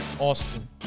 Austin